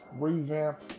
Revamp